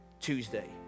Tuesday